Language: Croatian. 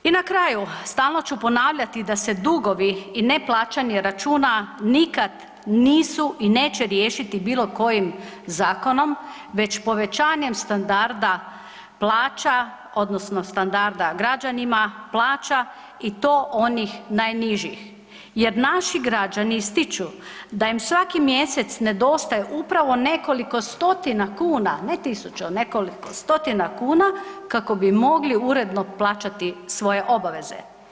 I na kraju stalno ću ponavljati da se dugovi i neplaćanje računa nikad nisu i neće riješiti bilo kojim zakonom, već povećanjem standarda plaća odnosno standarda građanima plaća i to onih najnižih jer naši građani ističu da im svaki mjesec nedostaje upravo nekoliko stotina kuna, ne tisuću, nekoliko stotina kuna kako bi mogli uredno plaćati svoje obaveze.